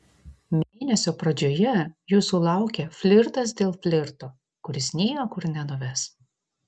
mėnesio pradžioje jūsų laukia flirtas dėl flirto kuris niekur nenuves